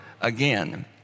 again